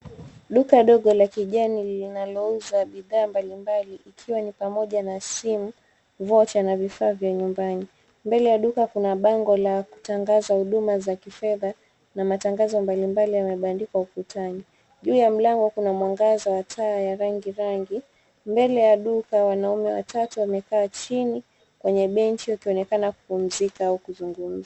Duka dogo la kijani linalouza bidhaa mbalimbali ikiwa ni pamoja na simu, vocha na vifaa vya nyumbani mbele ya duka Kuna mbango la kutangaza huduma za kifedha na matangazo mbalimbali yamebandikwa ukutani juu ya mlango kuna mwangaza ya taa ya rangi rangi mbele ya duka wanaume watatu wamekaa chini kwenye benchi wakionekana kupumzika au kuzungumza